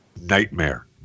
nightmare